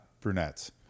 brunettes